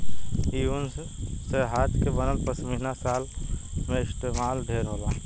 इ ऊन से हाथ के बनल पश्मीना शाल में इस्तमाल ढेर होला